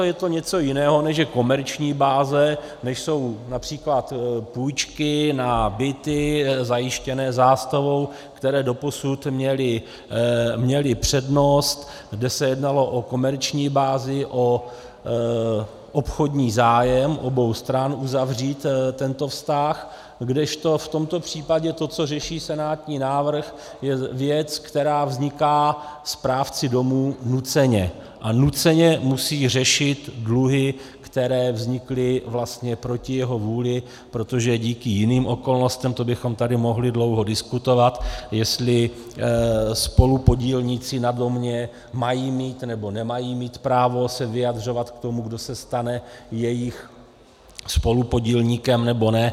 Je to něco jiného, než je komerční báze, než jsou např. půjčky na byty zajištěné zástavou, které doposud měly přednost, kde se jednalo o komerční bázi, o obchodní zájem obou stran uzavřít tento vztah, kdežto v tomto případě to, co řeší senátní návrh, je věc, která vzniká správci domu nuceně, a nuceně musí řešit dluhy, které vznikly vlastně proti jeho vůli, protože díky jiným okolnostem to bychom tady mohli dlouho diskutovat, jestli spolupodílníci na domě mají mít, nebo nemají mít právo se vyjadřovat k tomu, kdo se stane jejich spolupodílníkem, nebo ne.